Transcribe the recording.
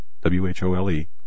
W-H-O-L-E